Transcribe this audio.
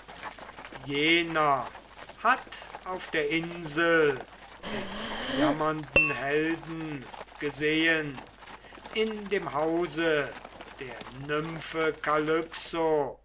jener hatt auf der insel den jammernden helden gesehen in dem hause der nymphe